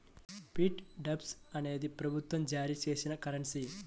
fiat డబ్బు అనేది ప్రభుత్వం జారీ చేసిన కరెన్సీ